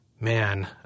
man